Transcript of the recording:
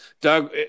Doug